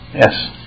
Yes